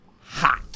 Hot